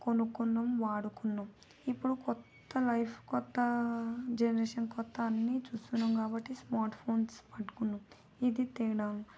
కొనుక్కున్నాం వాడుకున్నాం ఇప్పుడు కొత్త లైఫ్ కొత్త జనరేషన్ కొత్త అన్నీ చూస్తున్నాం కాబట్టి స్మార్ట్ ఫోన్స్ పట్టుకున్నాం ఇది తేడా